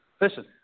Listen